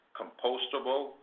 compostable